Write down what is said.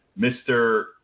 Mr